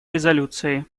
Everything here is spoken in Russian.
резолюции